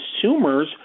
consumers